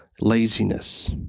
laziness